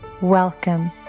Welcome